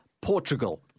Portugal